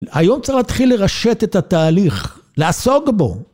היום צריך להתחיל לרשת את התהליך, לעסוק בו.